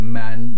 man